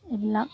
এইবিলাক